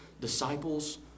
disciples